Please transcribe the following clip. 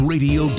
Radio